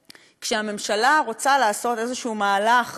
שכשהממשלה רוצה לעשות איזשהו מהלך